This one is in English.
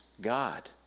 God